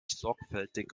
sorgfältig